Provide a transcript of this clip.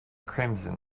crimson